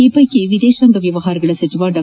ಈ ಪೈಕಿ ವಿದೇತಾಂಗ ವ್ಚವಹಾರಗಳ ಸಚಿವ ಡಾ